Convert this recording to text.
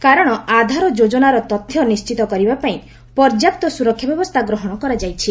କାରଣ ଆଧାର ଯୋଜନାର ତଥ୍ୟ ନିଣ୍ଢିତ କରିବାପାଇଁ ପର୍ଯ୍ୟାପ୍ତ ସୁରକ୍ଷା ବ୍ୟବସ୍ଥା ଗ୍ରହଣ କରାଯାଇଛି